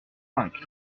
vaincre